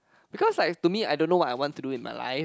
because like to me I don't know what I want to do in my life